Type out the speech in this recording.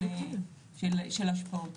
של ההשפעות,